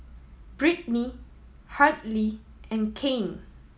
Brittni Hartley and Kanye